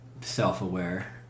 self-aware